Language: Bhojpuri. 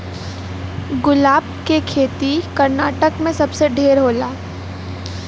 गुलाब के खेती कर्नाटक में सबसे ढेर होला